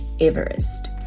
Everest